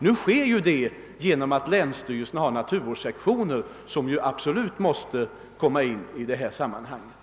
Nu sker det genom att länsstyrelserna har naturvårdssektioner, som absolut måste komma in i det här sammanhanget.